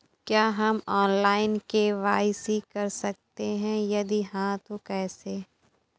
क्या हम online KYC कर सकते हैं यदि हाँ तो कैसे?